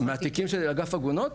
מהתיקים של אגף עגונות?